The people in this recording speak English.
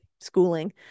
schooling